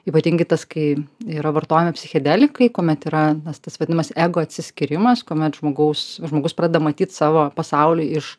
ypatingi tas kai yra vartojami psichedelikai kuomet yra na tas vadinamas ego atsiskyrimas kuomet žmogaus žmogus pradeda matyt savo pasaulį iš